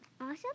awesome